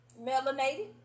melanated